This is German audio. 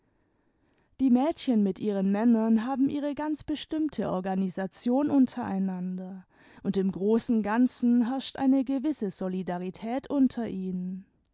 die mädchen mit ihren männern haben ihre ganz bestimmte organisation untereinander und im großen ganzen herrscht eine gewisse solidarität unter ihnen